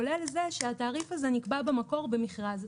כולל זה שהתעריף הזה נקבע במקור במכרז,